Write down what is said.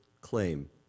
claim